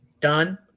done